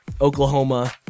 Oklahoma